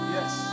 Yes